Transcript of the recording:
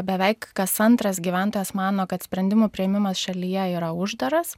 beveik kas antras gyventojas mano kad sprendimų priėmimas šalyje yra uždaras